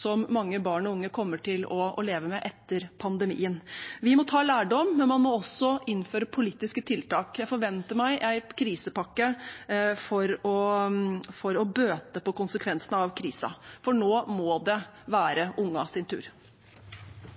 som mange barn og unge kommer til å leve med etter pandemien. Vi må ta lærdom, men man må også innføre politiske tiltak. Jeg forventer meg en krisepakke for å bøte på konsekvensene av krisen. For nå må det være ungenes tur.